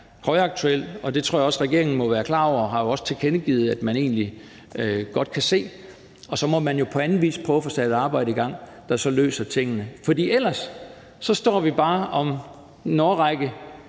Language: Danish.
højaktuelt. Og det tror jeg også regeringen må være klar over, og den har jo også tilkendegivet, at man egentlig godt kan se det. Så må man jo på anden vis prøve at få sat et arbejde i gang, der løser tingene. For ellers står vi bare om en årrække